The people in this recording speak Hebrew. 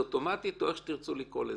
אוטומטית, או איך שתרצו לקרוא לזה.